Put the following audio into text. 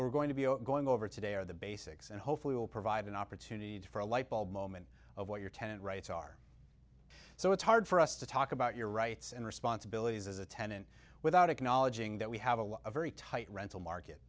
're going to be going over today or the basics and hopefully will provide an opportunity to for a lightbulb moment of what your tent rights are so it's hard for us to talk about your rights and responsibilities as a tenant without acknowledging that we have a lot of very tight rental market